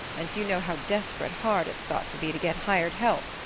and you know how desperate hard it's got to be to get hired help.